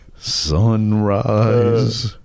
Sunrise